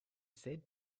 said